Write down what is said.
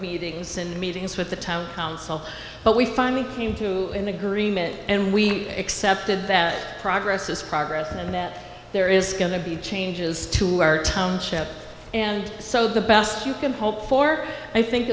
meetings and meetings with the town council but we finally came to an agreement and we accepted that progress is progress and that there is going to be changes to our township and so the best you can hope for i think